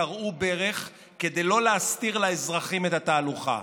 כרעו ברך כדי לא להסתיר לאזרחים את התהלוכה.